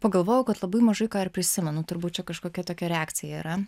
pagalvojau kad labai mažai ką ir prisimenu turbūt čia kažkokia tokia reakcija yra